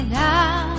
now